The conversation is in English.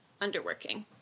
underworking